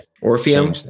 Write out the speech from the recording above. Orpheum